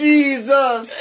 Jesus